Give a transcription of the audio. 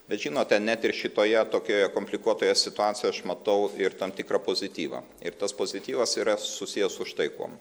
bet žinote net ir šitoje tokioje komplikuotoje situacijoj aš matau ir tam tikrą pozityvą ir tas pozityvas yra susiję su štai kuom